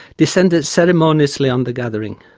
descended ceremoniously on the gathering.